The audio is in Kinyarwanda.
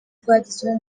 rwagezeho